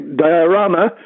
diorama